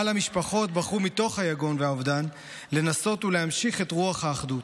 אבל המשפחות בחרו מתוך היגון והאובדן לנסות ולהמשיך את רוח האחדות.